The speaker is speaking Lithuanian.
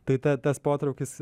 tai ta tas potraukis